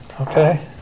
Okay